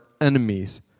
enemies